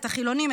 את החילונים,